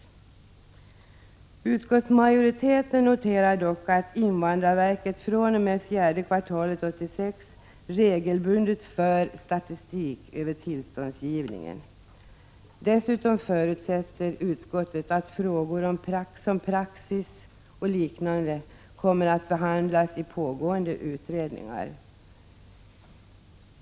rädensjänstewtövning Utskottsmajoriteten noterar att invandrarverket fr.o.m. fjärde kvartalet Ka 1986 regelbundet för statistik över tillståndsgivningen. Dessutom förutsätter Utlänningsä länningsärenden utskottet att frågor om praxis och liknande kommer att behandlas i pågående utredningar.